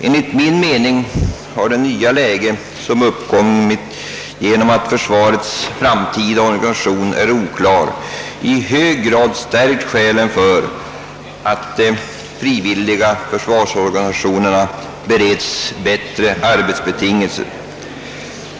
Enligt min mening har den nya situation, som uppkommit genom att försvarets framtida organisation är oklar, i hög grad stärkt skälen för att de frivilliga försvarsorganisationerna bereds bättre arbetsbetingelser.